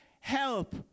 help